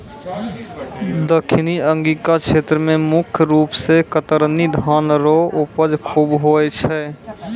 दक्खिनी अंगिका क्षेत्र मे मुख रूप से कतरनी धान रो उपज खूब होय छै